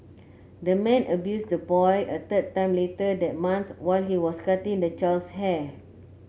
the man abused the boy a third time later that month while he was cutting the child's hair